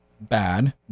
bad